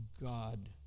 God